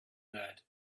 that